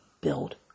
build